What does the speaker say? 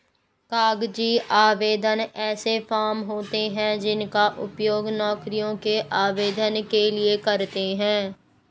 कागजी आवेदन ऐसे फॉर्म होते हैं जिनका उपयोग नौकरियों के आवेदन के लिए करते हैं